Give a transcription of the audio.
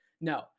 No